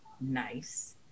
nice